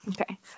okay